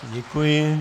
Děkuji.